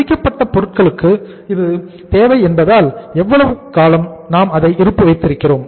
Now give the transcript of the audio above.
முடிக்கப்பட்ட பொருட்களுக்கு இது தேவை என்பதால் எவ்வளவு காலம் நாம் அதை இருப்பு வைத்திருக்கிறோம்